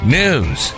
news